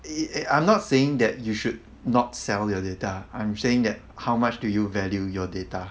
i~ I'm not saying that you should not sell your data I'm saying that how much do you value your data